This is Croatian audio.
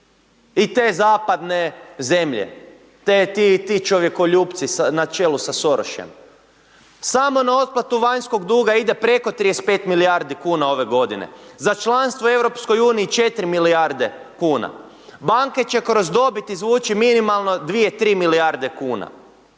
i te zapadne zemlje, te, ti čovjekoljupci na čelu sa Sorošem. Samo na otplatu vanjskog duga ide preko 35 milijardi kuna ove godine, za članstvo u EU 4 milijarde kuna, banke će kroz dobit izvući minimalno 2, 3 milijarde kuna.